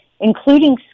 including